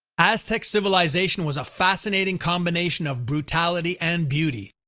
aztec civilisation was a fascinating combination of brutality and beauty.